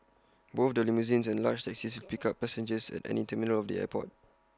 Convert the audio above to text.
both the limousines and large taxis will pick up passengers at any terminal of the airport